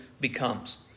becomes